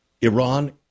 Iran